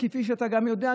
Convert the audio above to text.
וכפי שאתה יודע,